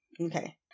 okay